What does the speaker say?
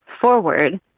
forward